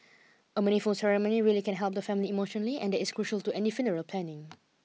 a meaningful ceremony really can help the family emotionally and that is crucial to any funeral planning